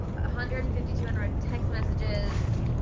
ah hundred and fifty two unread text messages,